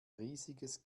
riesiges